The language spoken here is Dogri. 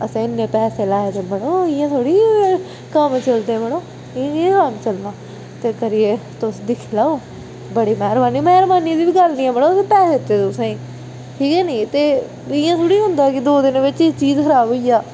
असें इन्ने पैसै लाए दे ना मडो इयां थोह्ड़ी कम्म चलदा मड़ो इयां थोह्ड़ी कम्म चलना ते इस करिेयै तुस दिक्खी लैओ बड़ी मैहरबानी में महरबानी दी बी गल्ल नेईं तुसेंगी पैसे दित्ते दे तुसें गी ठीक ऐ नेईं ते इयां थोह्ड़ी होंदा है कि दो दिन बिच अगर एह् चीज खराब होई जाए